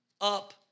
up